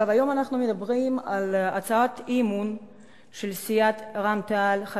היום אנחנו מדברים על הצעת אי-אמון של סיעות רע"ם-תע"ל,